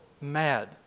mad